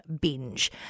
Binge